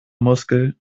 muskel